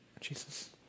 Jesus